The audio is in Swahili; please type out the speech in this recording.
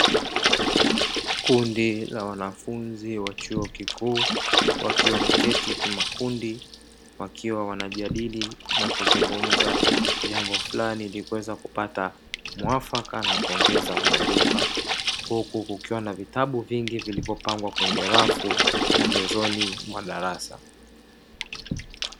Kundi la wanafunzi wa chuo kikuu wakiwa wameketi kimakundi, wakiwa wanajadili na kuzungumza jambo fulani ili kuweza kupata muafaka na kuongeza maarifa. Huku kukiwa na vitabu vingi vilivyopangwa kwenye rafu pembezoni mwa darasa.